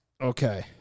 Okay